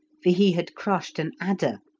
for he had crushed an adder,